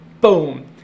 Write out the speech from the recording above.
Boom